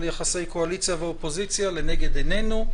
יחסי קואליציה ואופוזיציה לנגד עינינו.